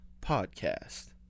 Podcast